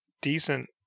decent